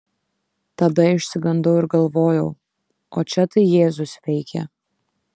tada išsigandau ir galvojau o čia tai jėzus veikia